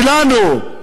שלנו,